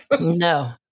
no